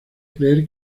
creer